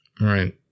right